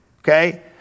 okay